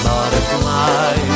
Butterfly